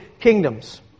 kingdoms